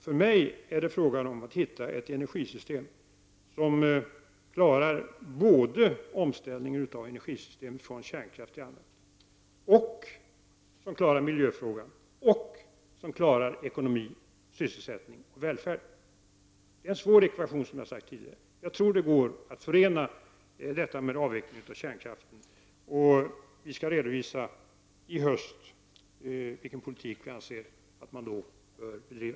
För mig är det fråga om att hitta ett energisystem, som klarar omställningen från kärnkraften, miljöfrågan, ekonomin, sysselsättningen och välfärden. Detta är, som jag tidigare sade, en svår ekvation, men jag tror att det går att förena allt detta med en avveckling av kärnkraften. Vi skall i höst redovisa vilken politik vi anser att man i det avseendet bör bedriva.